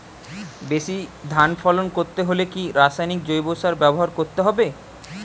বেশি ধান ফলন করতে হলে কি রাসায়নিক জৈব সার ব্যবহার করতে হবে?